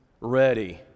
ready